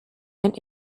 and